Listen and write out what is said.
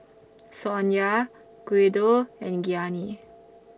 Sonya Guido and Gianni